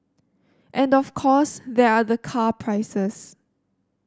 and of course there are the car prices